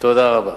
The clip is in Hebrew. תודה רבה.